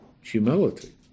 Humility